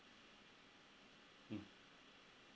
hmm